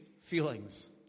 feelings